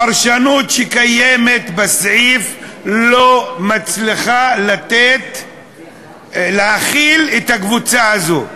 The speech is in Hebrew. הפרשנות שקיימת בסעיף לא מצליחה להכיל את הקבוצה הזו.